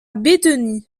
bétheny